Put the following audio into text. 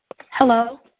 Hello